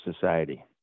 society